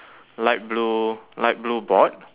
light blue light blue board